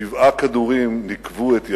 שבעה כדורים ניקבו את ידיו,